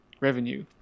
revenue